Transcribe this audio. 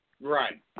Right